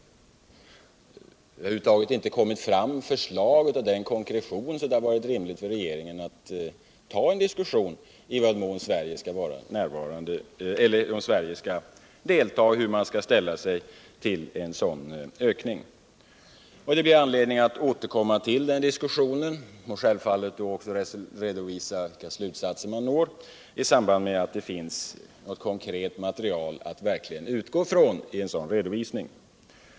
Det har över huvud taget inte kommit fram förslag av sådan konkretion at det varit rimligt för regeringen att ta en diskussion om i vad mån Sverige skall delta och om hur vi skall ställa oss till en sådan ökning. Det blir anledning att återkomma till den diskussionen och självfallet också att redovisa vilka resultat som har uppnåtts i samband med att det finns något konkret material att utgå ifrån för en sådan redovisning.